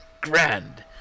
grand